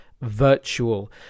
virtual